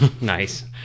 Nice